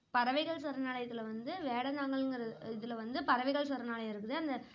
பறவைகள் சரணாலயத்தில் வந்து வேடந்தாங்கல்ங்கிற இதில் வந்து பறவைகள் சரணாலயம் இருக்குது அந்த